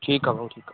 ठीकु आहे भाऊ ठीकु आहे